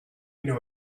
know